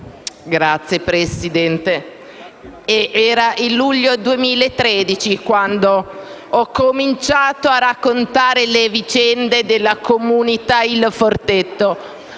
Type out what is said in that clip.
Signor Presidente, era il luglio 2013 quando ho cominciato a raccontare le vicende della comunità Il Forteto.